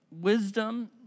Wisdom